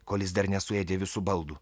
kol jis dar nesuėdė visų baldų